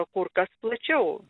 kur kas plačiau